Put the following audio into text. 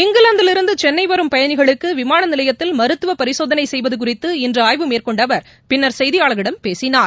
இங்கிலாந்திலிருந்து சென்னை வரும் பயணிகளுக்கு விமான நிலையத்தில் மருத்துவ பரிசோதனை செய்வது குறித்து இன்று ஆய்வு மேற்கொண்ட அவர் பின்னர் செய்தியாளர்களிடம் பேசினார்